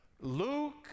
Luke